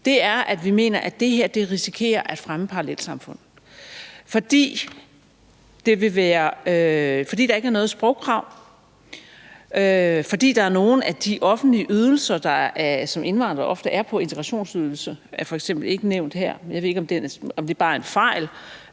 det, er, at vi mener, at det her risikerer at fremme parallelsamfund, fordi der ikke er noget sprogkrav, og fordi nogle af de offentlige ydelser, som indvandrere ofte er på – f.eks. integrationsydelse – ikke er nævnt her. Jeg ved ikke, om det bare er en fejl,